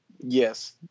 Yes